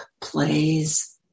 plays